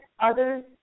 others